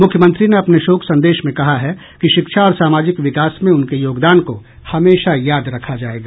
मुख्यमंत्री ने अपने शोक संदेश में कहा है कि शिक्षा और सामाजिक विकास में उनके योगदान को हमेशा याद रखा जाएगा